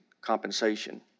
compensation